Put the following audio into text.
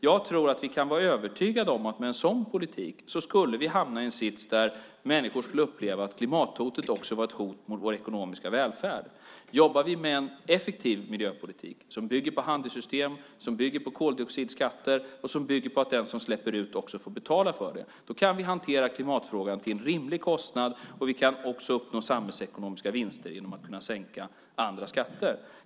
Jag tror att vi kan vara övertygade om att med en sådan politik skulle vi hamna i en sits där människor skulle uppleva att klimathotet också var ett hot mot vår ekonomiska välfärd. Jobbar vi med en effektiv miljöpolitik som bygger på handelssystem, som bygger på koldioxidskatter och som bygger på att den som släpper ut också får betala för det kan vi hantera klimatfrågan till en rimlig kostnad, och vi kan också uppnå samhällsekonomiska vinster genom att sänka andra skatter.